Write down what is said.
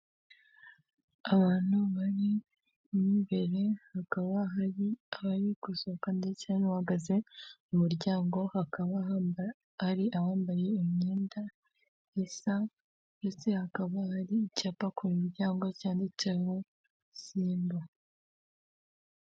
Abantu bane b'imbere, hakaba hari abarigusohoka ndetse n'uhagaze ku muryango, hakaba hari abambaye imyenda isa ndetse hakaba hari icyapa ku muryango cyanditseho simba.